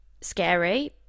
scary